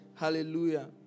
Hallelujah